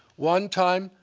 one time,